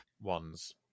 ones